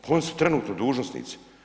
Oni su trenutno dužnosnici.